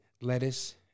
Lettuce